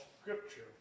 scripture